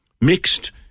mixed